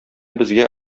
безгә